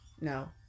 no